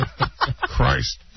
Christ